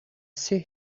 see